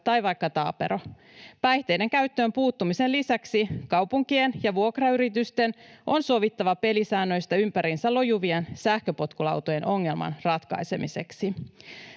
tai vaikka taapero. Päihteiden käyttöön puuttumisen lisäksi kaupunkien ja vuokrayritysten on sovittava pelisäännöistä ympäriinsä lojuvien sähköpotkulautojen ongelman ratkaisemiseksi.